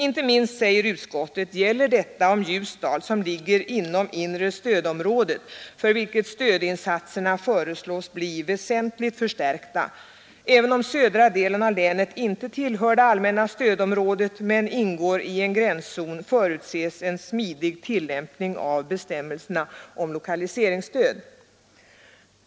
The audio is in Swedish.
Inte minst, säger utskottet, gäller detta om Ljusdal, som ligger inom inre stödområdet, för vilket stödinsatserna föreslås bli väsentligt förstärkta. Även om södra delen av länet inte tillhör det allmänna stödområdet, men ingår i en gränszon, förutses en smidig tillämpning av bestämmelserna om lokaliseringsstöd.